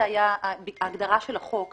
זה ההגדרה של החוק,